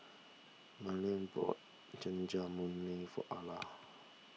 Mylie bought Jajangmyeon for Ala